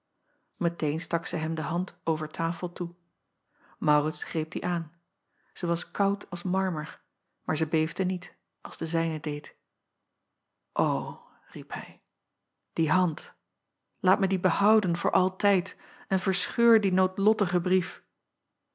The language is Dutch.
eteen stak zij hem de hand over tafel toe aurits greep die aan zij was koud als marmer maar zij beefde niet als de zijne deed acob van ennep laasje evenster delen riep hij die hand laat mij die behouden voor altijd en verscheur